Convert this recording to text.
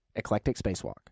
eclecticspacewalk